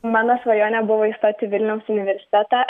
mano svajonė buvo įstoti į vilniaus universitetą